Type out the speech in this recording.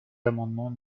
amendement